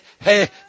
hey